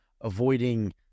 avoiding